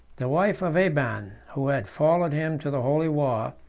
the wife of aban, who had followed him to the holy war,